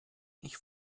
ich